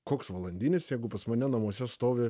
koks valandinis jeigu pas mane namuose stovi